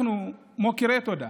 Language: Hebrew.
אנחנו מכירים תודה,